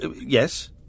yes